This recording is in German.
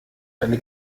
eine